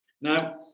Now